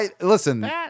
Listen